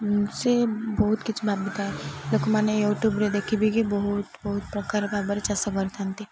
ସେ ବହୁତ କିଛି ଭାବିଥାଏ ଲୋକମାନେ ୟୁଟ୍ୟୁବ୍ରେ ଦେଖିବି କି ବହୁତ ବହୁତ ପ୍ରକାର ଭାବରେ ଚାଷ କରିଥାନ୍ତି